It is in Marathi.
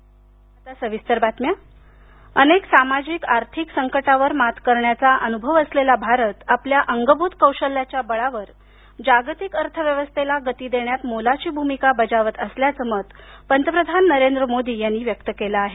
मोदी वैश्विक भारत अनेक सामाजिक आर्थिक संकटांवर मात करण्याचा अनुभव असलेला भारत आपल्या अंगभूत कौशल्याच्या बळावर जागतिक अर्थव्यवस्थेला गती देण्यात मोलाची भुमिका बजावत असल्याचं मत पंतप्रधान नरेंद्र मोदी यांनी व्यक्त केलं आहे